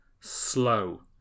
slow